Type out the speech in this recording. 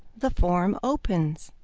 the form opens.